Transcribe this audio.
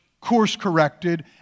course-corrected